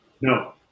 No